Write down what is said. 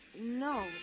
No